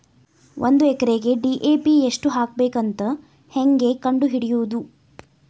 ಒಂದು ಎಕರೆಗೆ ಡಿ.ಎ.ಪಿ ಎಷ್ಟು ಹಾಕಬೇಕಂತ ಹೆಂಗೆ ಕಂಡು ಹಿಡಿಯುವುದು?